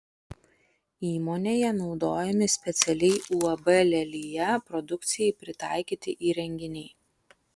įmonėje naudojami specialiai uab lelija produkcijai pritaikyti įrenginiai